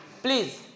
please